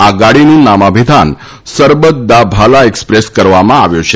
આ ગાડીનું નામાભિધાન સરબત દા ભાલા એક્સપ્રેસ કરવામાં આવ્યું છે